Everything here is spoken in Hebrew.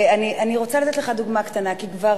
ואני רוצה לתת לך דוגמה קטנה, כי כבר